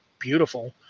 beautiful